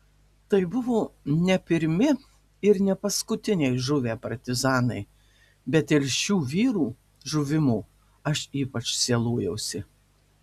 tai buvo ne pirmi ir ne paskutiniai žuvę partizanai bet dėl šių vyrų žuvimo aš ypač sielojausi